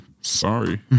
sorry